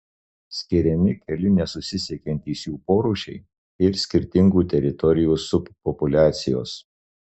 skiriami keli nesusisiekiantys jų porūšiai ir skirtingų teritorijų subpopuliacijos